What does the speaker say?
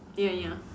ya ya